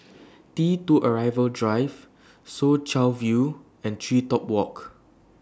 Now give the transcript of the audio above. T two Arrival Drive Soo Chow View and Tree Top Walk